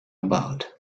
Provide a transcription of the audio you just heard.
about